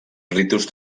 ritus